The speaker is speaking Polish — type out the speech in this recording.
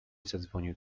zadzwonił